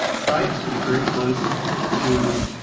tried to stay very close to